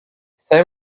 saya